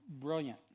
Brilliant